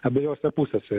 abejose pusėse ir